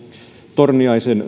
torniaisen